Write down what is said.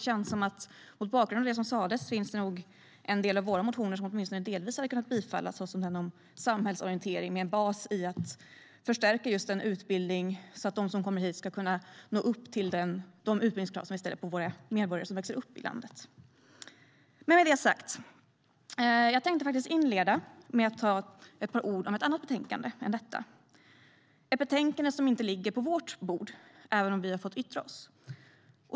Mot bakgrund av det som sas finns det nog en del av våra motioner som åtminstone delvis hade kunnat bifallas, såsom den om samhällsorientering med bas i att förstärka just utbildningen så att de som kommer hit ska kunna nå upp till de utbildningskrav som vi ställer på våra medborgare som växer upp i landet. Nu har jag det sagt. Jag tänker inleda med ett par ord om ett annat betänkande än detta, ett betänkande som inte ligger på utskottets bord, även om vi fått yttra oss.